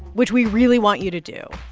which we really want you to do,